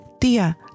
Tia